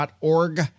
org